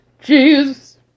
Jesus